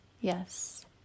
yes